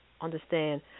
understand